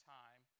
time